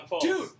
dude